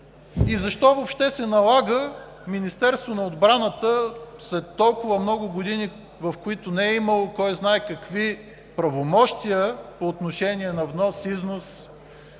и защо въобще се налага Министерството на отбраната след толкова много години, в които не е имало кой знае какви правомощия по отношение на внос, износ,